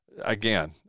Again